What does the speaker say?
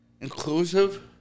Inclusive